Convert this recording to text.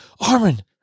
Armin